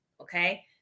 okay